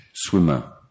swimmer